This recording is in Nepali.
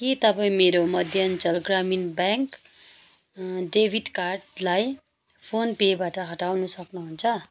के तपाईँ मेरो मध्याञ्चल ग्रामीण ब्याङ्क डेबिट कार्डलाई फोन पेबाट हटाउन सक्नुहुन्छ